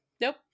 Nope